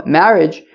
marriage